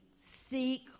seek